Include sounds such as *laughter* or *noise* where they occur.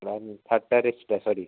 *unintelligible* ଏସିଟା ସରି